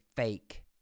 fake